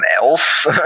else